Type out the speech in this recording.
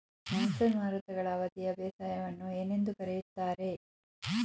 Monsoon ಮಾರುತಗಳ ಅವಧಿಯ ಬೇಸಾಯವನ್ನು ಏನೆಂದು ಕರೆಯುತ್ತಾರೆ?